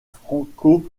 franco